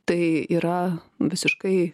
tai yra visiškai